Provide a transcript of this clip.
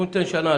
אנחנו ניתן שנה.